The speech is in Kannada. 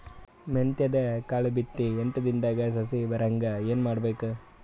ಮೆಂತ್ಯದ ಕಾಳು ಬಿತ್ತಿ ಎಂಟು ದಿನದಾಗ ಸಸಿ ಬರಹಂಗ ಏನ ಮಾಡಬೇಕು?